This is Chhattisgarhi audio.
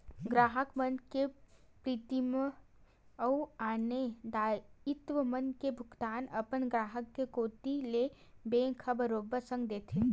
गराहक मन के प्रीमियम अउ आने दायित्व मन के भुगतान अपन ग्राहक के कोती ले बेंक ह बरोबर संग देथे